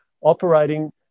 operating